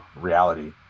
reality